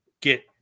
get